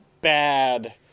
bad